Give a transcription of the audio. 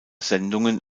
sendungen